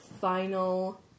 final